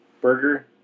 burger